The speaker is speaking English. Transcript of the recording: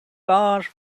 large